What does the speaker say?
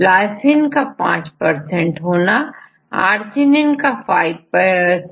lysine का 5 होना और अर्जिनिन 56 होता है